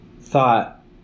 thought